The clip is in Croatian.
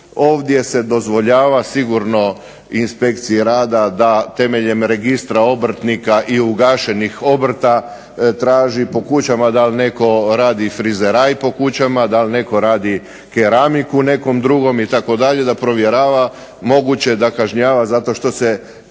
Ovdje se dozvoljava sigurno inspekciji rada da temeljem registra obrtnika i ugašenih obrta traži po kućama da li netko radi frizeraj po kućama, da li netko radi keramiku nekom drugom itd., da provjera, moguće da kažnjava zato što se